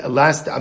last